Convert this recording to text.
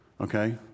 Okay